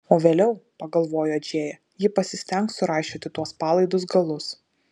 o vėliau pagalvojo džėja ji pasistengs suraišioti tuos palaidus galus